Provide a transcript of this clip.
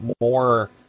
more